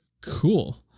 Cool